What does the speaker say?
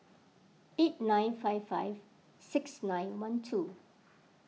eight nine five five six nine one two